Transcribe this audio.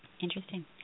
Interesting